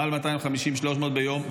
מעל 300 250 ביום,